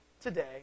today